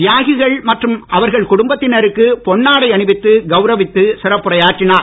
தியாகிகள் மற்றும் அவர்கள் குடும்பத்தினருக்கு பொன்னாடை அணிவித்து கவுரவித்து சிறப்புரையாற்றினார்